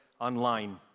online